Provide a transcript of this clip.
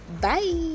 Bye